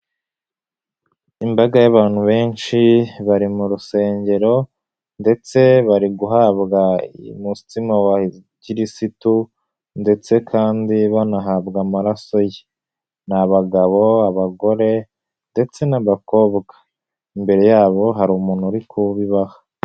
Imbaga y'abantu benshi, bari mu rusengero ndetse bari guhabwa umutsima wa kirisitu ndetse kandi banahabwa amaraso ye. Ni abagabo, abagore ndetse n'abakobwa imbere yabo hari umuntu uri kubibaha.